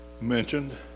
mentioned